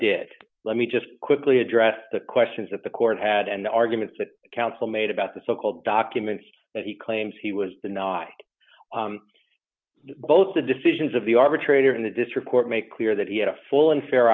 benefit let me just quickly address the questions that the court had and the arguments that counsel made about the so called documents that he claims he was the not both the decisions of the arbitrator in the district court make clear that he had a full and fair